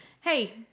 hey